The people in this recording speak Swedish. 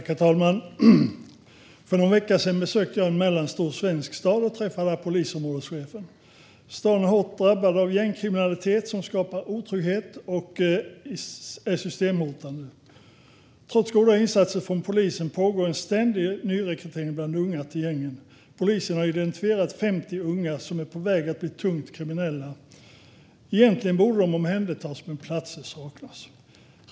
Herr talman! För någon vecka sedan besökte jag en mellanstor svensk stad och träffade polisområdeschefen. Staden är hårt drabbad av gängkriminalitet som skapar otrygghet och är systemhotande. Trots goda insatser från polisen pågår en ständig nyrekrytering bland unga till gängen. Polisen har identifierat 50 unga som är på väg att bli tungt kriminella. Egentligen borde de omhändertas, men platser saknas.